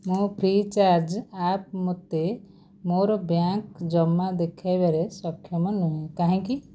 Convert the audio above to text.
ମୋ free charge app ମୋତେ ମୋର ବ୍ୟାଙ୍କ୍ ଜମା ଦେଖାଇବାରେ ସକ୍ଷମ ନୁହେଁ କାହିଁକି